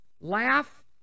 laugh